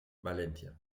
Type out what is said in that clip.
valencia